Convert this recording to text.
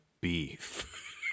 beef